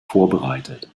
vorbereitet